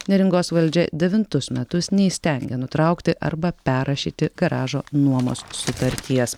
neringos valdžia devintus metus neįstengia nutraukti arba perrašyti garažo nuomos sutarties